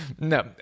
no